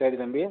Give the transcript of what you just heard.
சரி தம்பி